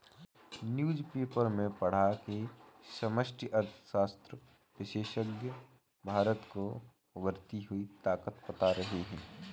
newspaper में पढ़ा की समष्टि अर्थशास्त्र विशेषज्ञ भारत को उभरती हुई ताकत बता रहे हैं